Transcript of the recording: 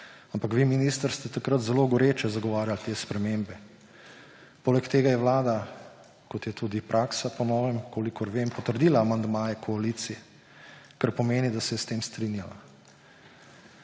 Ampak vi, minister, ste takrat zelo goreče zagovarjali te spremembe. Poleg tega je vlada, kot je tudi praksa po novem, kolikor vem, potrdila amandmaje koalicije, kar pomeni, da se je s tem strinjala.